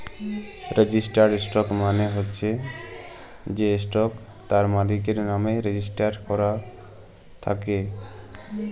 registered stock মালে চ্ছ যে স্টক তার মালিকের লামে রেজিস্টার করাক থাক্যে